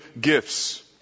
gifts